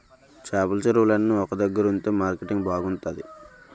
చేపల చెరువులన్నీ ఒక దగ్గరుంతె మార్కెటింగ్ బాగుంతాది